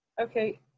Okay